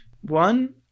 One